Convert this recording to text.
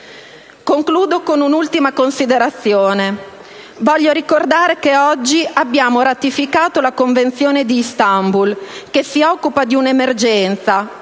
Concludo con un'ultima considerazione: voglio ricordare che oggi abbiamo ratificato la Convenzione di Istanbul, che si occupa di un'emergenza,